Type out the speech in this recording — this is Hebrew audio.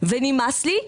ונמאס לי.